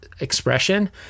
Expression